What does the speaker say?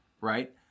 right